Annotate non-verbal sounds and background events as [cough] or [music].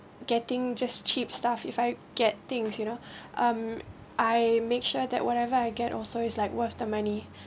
getting just cheap stuff if I get things you know [breath] um I make sure that whatever I get also is like worth the money